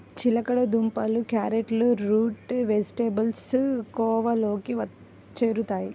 చిలకడ దుంపలు, క్యారెట్లు రూట్ వెజిటేబుల్స్ కోవలోకి చేరుతాయి